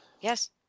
yes